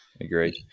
Agreed